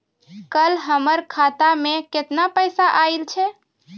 कल हमर खाता मैं केतना पैसा आइल छै?